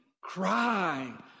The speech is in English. cry